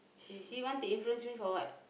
she want to influence me for what